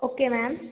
okay ma'am